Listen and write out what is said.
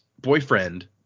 boyfriend